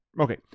Okay